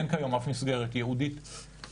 להבנתי, אין כיום אף מסגרת ייעודית לחרדים.